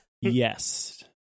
Yes